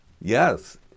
Yes